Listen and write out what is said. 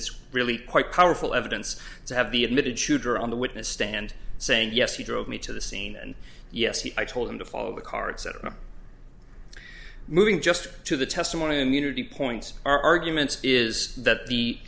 it's really quite powerful evidence to have the admitted shooter on the witness stand saying yes he drove me to the scene and yes he i told him to follow the car etc moving just to the testimony of immunity points our argument is that the